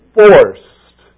forced